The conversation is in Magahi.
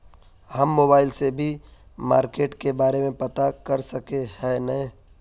हम मोबाईल से भी मार्केट के बारे में पता कर सके है नय?